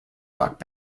rock